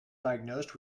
diagnosed